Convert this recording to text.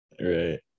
Right